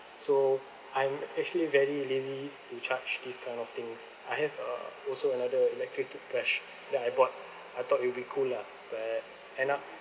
so I'm actually very lazy to charge these kind of things I have uh also another electric toothbrush that I bought I thought it'll be cool lah but end up